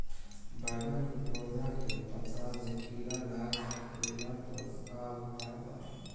बैगन के पौधा के पत्ता मे कीड़ा लाग गैला पर का उपाय बा?